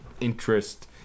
interest